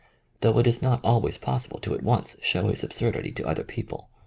though it is not always possible to at once show his absurdity to other people.